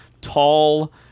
tall